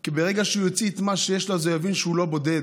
כי ברגע שהוא יוציא מה שיש לו הוא יבין שהוא לא בודד.